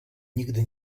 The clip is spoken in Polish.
nigdy